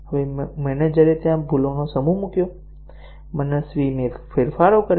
અને હવે મેનેજરે ત્યાં ભૂલોનો સમૂહ મૂક્યો મનસ્વી ફેરફારો કર્યા